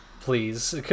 please